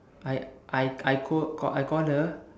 I I I call I called her